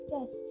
Yes